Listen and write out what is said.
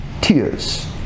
tears